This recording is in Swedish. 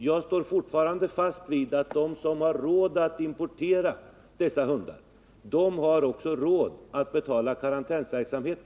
Jag står fortfarande fast vid att de som har råd att importera dessa hundar också har råd att betala karantänsverksamheten.